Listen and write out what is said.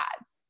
ads